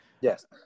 Yes